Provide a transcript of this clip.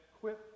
quit